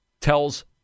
tells